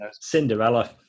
Cinderella